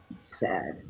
Sad